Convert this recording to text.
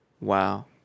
wow